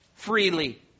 Freely